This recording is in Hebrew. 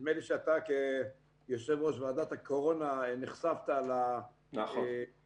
נדמה לי שאתה כיושב-ראש ועדת הקורונה נחשפת לאתגרים